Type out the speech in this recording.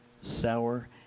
sour